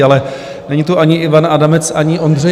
Ale není tu ani Ivan Adamec, ani Ondřej.